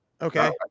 okay